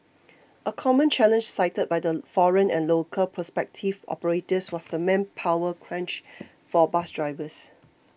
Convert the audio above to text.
a common challenge cited by the foreign and local prospective operators was the manpower crunch for bus drivers